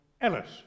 Ellis